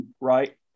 right